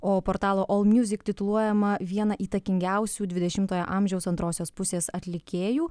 o portalo olmuzik tituluojama viena įtakingiausių dvidešimtojo amžiaus antrosios pusės atlikėjų